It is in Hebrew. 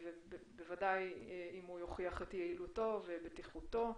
בוודאי אם הוא יוכיח את יעילותו ואת בטיחותו,